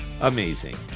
amazing